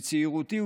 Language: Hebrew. בצעירותי,